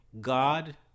God